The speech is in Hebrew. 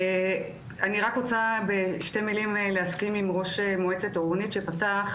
אני רוצה בשתי מילים להסכים עם ראש מועצת אורנית שפתח את הדיון,